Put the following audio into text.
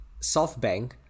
SoftBank